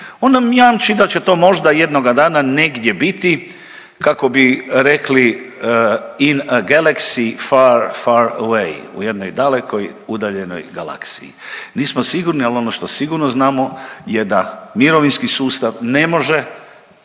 on nam jamči da će to možda jednoga dana negdje biti, kako bi rekli…/Govornik se ne razumije./…u jednoj dalekoj udaljenoj galaksiji. Nismo sigurni, al ono što sigurno znamo je da mirovinski sustav ne može